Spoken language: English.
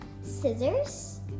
scissors